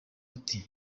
ati